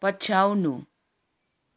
पछ्याउनु